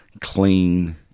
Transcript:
clean